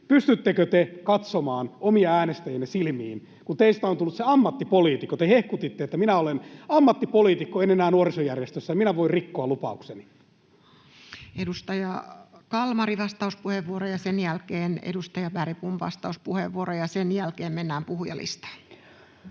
pystyttekö te katsomaan omia äänestäjiänne silmiin, kun teistä on tullut se ammattipoliitikko? Te hehkutitte, että ”minä olen ammattipoliitikko, en enää nuorisojärjestössä, minä voin rikkoa lupaukseni”. Edustaja Kalmari, vastauspuheenvuoro, ja sen jälkeen edustaja Bergbom, vastauspuheenvuoro. Ja sen jälkeen mennään puhujalistaan.